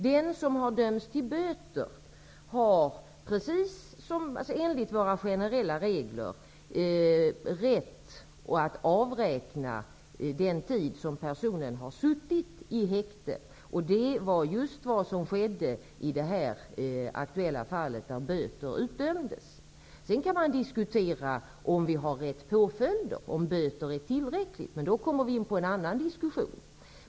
Den person som dömts till böter har helt i enlighet med våra generella regler rätt att avräkna den tid som avsuttits i häkte. Det var just vad som skedde i det aktuella fallet där böter utdömdes. Man kan naturligtvis diskutera huruvida vi har rätt påföljder, dvs. om det är tillräckligt med böter. Vi kommer då emellertid in på en annan diskussion.